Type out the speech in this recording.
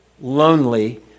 lonely